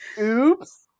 Oops